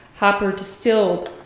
hopper distilled,